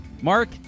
Mark